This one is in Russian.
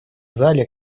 зале